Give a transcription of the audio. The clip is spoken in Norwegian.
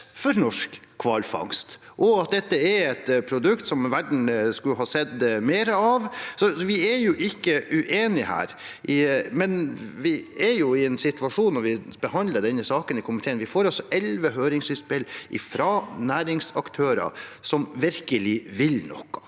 for norsk hvalfangst og for at dette er et produkt som verden skulle ha sett mer av. Vi er jo ikke uenige her, men i en situasjon hvor vi har behandlet denne saken i komiteen, har vi fått elleve høringsinnspill fra næringsaktører som virkelig vil noe.